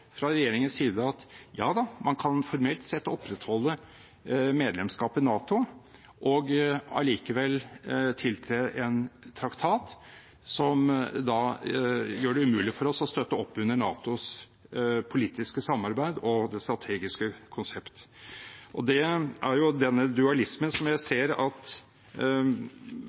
fra regjeringens side at man formelt sett kan opprettholde medlemskapet i NATO og allikevel tiltre en traktat som gjør det umulig for oss å støtte opp under NATOs politiske samarbeid og det strategiske konseptet. Det er den dualismen jeg ser at